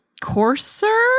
coarser